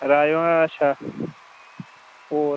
राजमांह् अच्छा होर